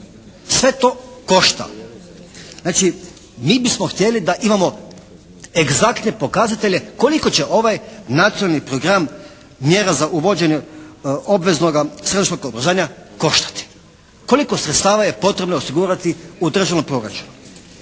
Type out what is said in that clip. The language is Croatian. Sve to košta. Znači mi bismo htjeli da imamo egzaktne pokazatelje koliko će ovaj nacionalni program mjera za uvođenje obveznoga srednjoškolskog obrazovanja koštati. Koliko sredstava je potrebno osigurati u državnom proračunu.